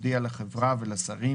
הודיע לחברה ולשרים,